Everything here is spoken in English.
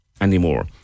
anymore